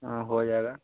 हाँ हो जाएगा